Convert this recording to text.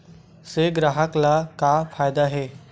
से ग्राहक ला का फ़ायदा हे?